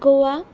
Goa